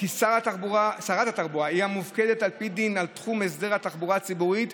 שרת התחבורה היא המופקדת על פי דין על תחום הסדר התחבורה הציבורית,